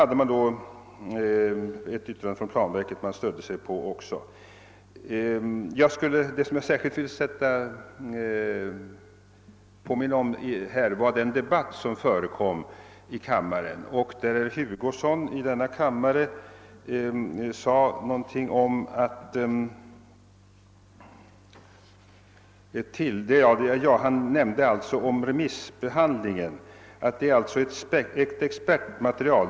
Allmänna beredningsutskottet stödde sig också på ett yttrande från planverket. Under debatten i denna kammare sade herr Hugosson — det är detta jag särskilt vill påminna om — i fråga om remissbehandlingen att det gäller ett expertmaterial.